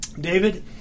David